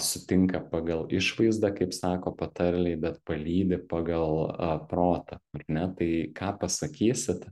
sutinka pagal išvaizdą kaip sako patarlėj bet palydi pagal protą ne tai ką pasakysit